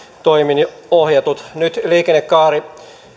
toimin ohjatut nyt liikennekaari